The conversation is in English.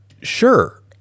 sure